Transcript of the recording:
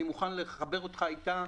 אני מוכן לחבר אותך אתה.